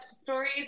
stories